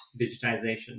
digitization